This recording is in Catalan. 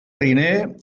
riner